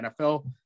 NFL